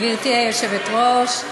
היושבת-ראש,